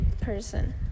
person